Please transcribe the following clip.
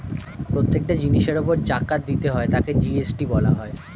প্রত্যেকটা জিনিসের উপর জাকাত দিতে হয় তাকে জি.এস.টি বলা হয়